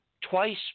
twice